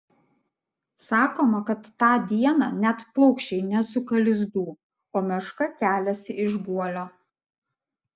sakoma kad tą dieną net paukščiai nesuka lizdų o meška keliasi iš guolio